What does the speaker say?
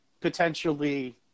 potentially